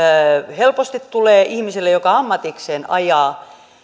helposti tulee ihmiselle joka ammatikseen ajaa